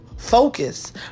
Focus